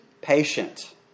patient